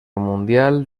mundial